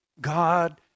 God